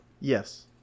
Yes